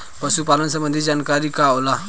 पशु पालन संबंधी जानकारी का होला?